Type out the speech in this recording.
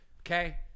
okay